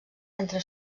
entre